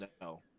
no